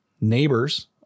Neighbors